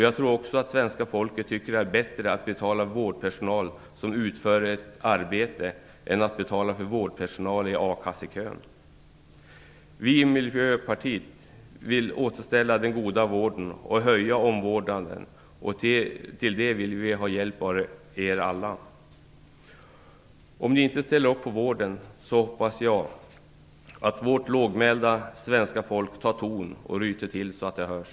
Jag tror också att svenska folket tycker att det är bättre att betala för vårdpersonal som utför ett arbete än för vårdpersonal som står i a-kassekön. Vi i Miljöpartiet vill återställa den goda vården och höja omvårdnaden. Till det vill vi ha hjälp av er alla. Om ni inte ställer upp på vården hoppas jag att vårt lågmälda svenska folk tar ton och ryter till så det hörs.